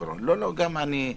לא, גם אני.